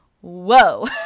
whoa